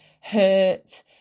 hurt